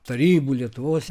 tarybų lietuvos